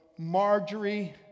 marjorie